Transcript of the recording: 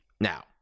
now